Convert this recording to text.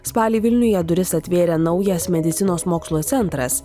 spalį vilniuje duris atvėrė naujas medicinos mokslo centras